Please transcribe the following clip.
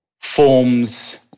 forms